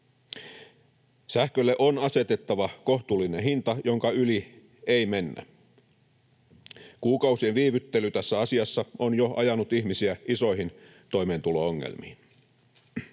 Sähkölle on asetettava kohtuullinen hinta, jonka yli ei mennä. Kuukausien viivyttely tässä asiassa on jo ajanut ihmisiä isoihin toimeentulo- ongelmiin.